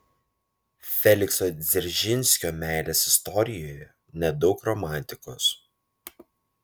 felikso dzeržinskio meilės istorijoje nedaug romantikos